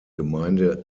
gemeinde